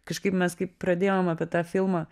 kažkaip mes kaip pradėjom apie tą filmą